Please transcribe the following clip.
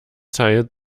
teilt